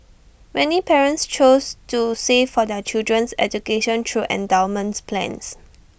many parents choose to save for their children's education through endowment plans